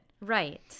right